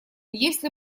если